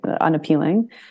unappealing